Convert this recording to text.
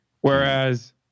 Whereas